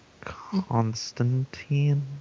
Constantine